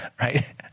right